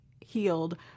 healed